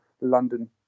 London